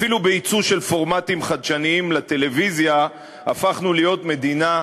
אפילו ביצוא של פורמטים חדשניים לטלוויזיה הפכנו להיות מדינה מובילה.